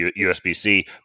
USB-C